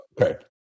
Okay